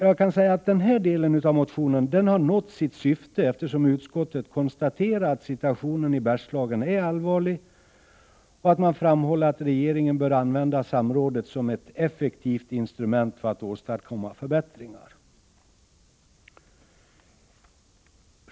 Jag kan säga att denna del av motionen har nått sitt syfte, eftersom utskottet konstaterat att situationen i Bergslagen är allvarlig. Man framhåller för regeringen att samrådet bör användas som ett effektivt instrument för att åstadkomma förbättringar.